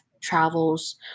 travels